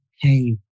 hey